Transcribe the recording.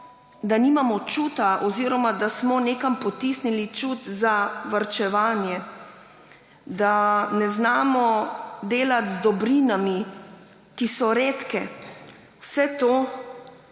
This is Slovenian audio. da nimamo čuta oziroma da smo nekam potisnili čut za varčevanje, da ne znamo delati z dobrinami, ki so redke. Vse to